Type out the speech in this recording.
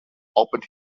opened